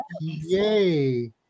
Yay